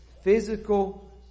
physical